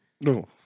No